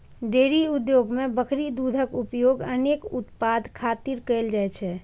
dairy उद्योग मे बकरी दूधक उपयोग अनेक उत्पाद खातिर कैल जाइ छै